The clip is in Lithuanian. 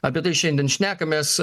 apie tai šiandien šnekamės